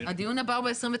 הישיבה ננעלה בשעה